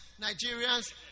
Nigerians